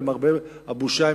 למרבה הבושה,